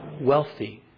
wealthy